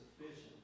sufficient